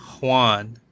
Juan